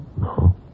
No